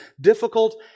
difficult